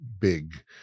big